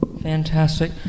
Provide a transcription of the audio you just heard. Fantastic